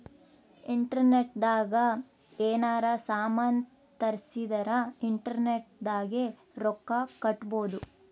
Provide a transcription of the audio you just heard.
internet ದಾಗ ಯೆನಾರ ಸಾಮನ್ ತರ್ಸಿದರ ಇಂಟರ್ನೆಟ್ ದಾಗೆ ರೊಕ್ಕ ಕಟ್ಬೋದು